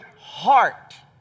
heart